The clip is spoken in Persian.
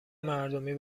مردمی